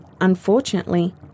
Unfortunately